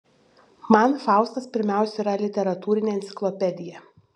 man faustas pirmiausia yra literatūrinė enciklopedija